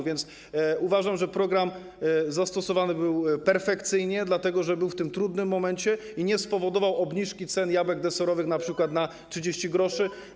A więc uważam, że program zastosowany był perfekcyjnie, dlatego że był w tym trudnym momencie i nie spowodował obniżki cen jabłek deserowych, np. na 30 gr.